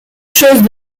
choses